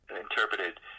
interpreted